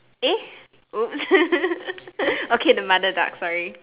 eh !oops! okay the mother duck sorry